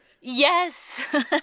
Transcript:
Yes